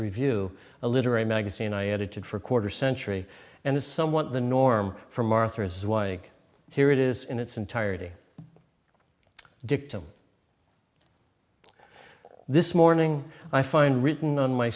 review a literary magazine i edited for a quarter century and it's somewhat the norm from arthur is why here it is in its entirety dictum this morning i find written on my